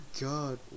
god